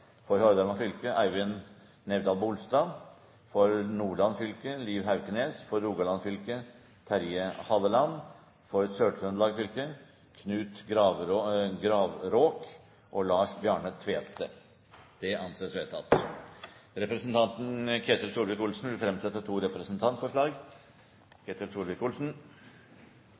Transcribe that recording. DybsandFor Hordaland fylke: Eivind Nævdal-BolstadFor Nordland fylke: Liv HauknesFor Rogaland fylke: Terje HallelandFor Sør-Trøndelag fylke: Knut Gravråk og Lars Bjarne Tvete Representanten Ketil Solvik-Olsen vil fremsette to representantforslag.